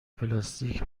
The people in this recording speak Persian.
پلاستیک